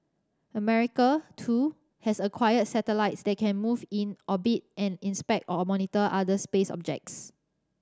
America too has acquired satellites that can move in orbit and inspect or monitor other space objects